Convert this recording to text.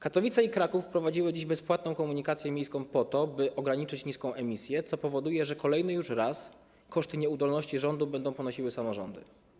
Katowice i Kraków wprowadziły dziś bezpłatną komunikację miejską po to, by ograniczyć emisję, co powoduje, że po raz kolejny koszty nieudolności rządu będą ponosiły samorządy.